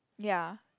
ya